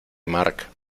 marc